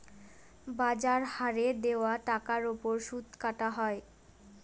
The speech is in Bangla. বাজার হারে দেওয়া টাকার ওপর সুদ কাটা হয়